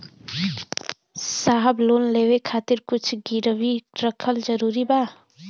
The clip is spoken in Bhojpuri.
साहब लोन लेवे खातिर कुछ गिरवी रखल जरूरी बा?